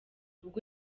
ubwo